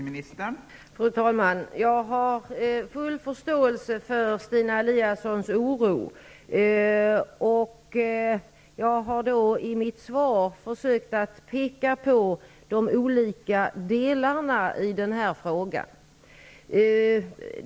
Fru talman! Jag har full förståelse för Stina Eliassons oro. Jag har i mitt svar försökt att peka på de olika delarna i den här frågan.